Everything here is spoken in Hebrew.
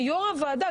כיו"ר הוועדה,